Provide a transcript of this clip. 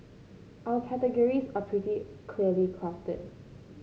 our categories are pretty clearly crafted